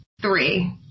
three